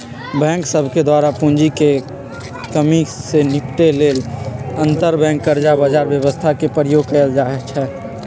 bank सभके द्वारा पूंजी में कम्मि से निपटे लेल अंतरबैंक कर्जा बजार व्यवस्था के प्रयोग कएल जाइ छइ